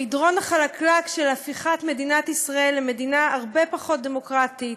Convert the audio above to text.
במדרון החלקלק של הפיכת מדינת ישראל למדינה הרבה פחות דמוקרטית,